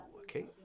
okay